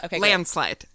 Landslide